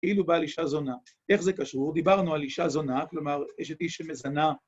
כאילו בא על אישה זונה, איך זה קשור? דיברנו על אישה זונה, כלומר יש אשת איש שמזנה